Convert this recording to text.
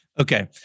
Okay